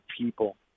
people